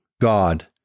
God